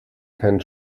keinen